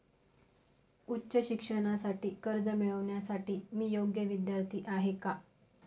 उच्च शिक्षणासाठी कर्ज मिळविण्यासाठी मी योग्य विद्यार्थी आहे का?